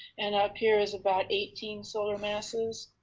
and up here is about eighteen solar masses.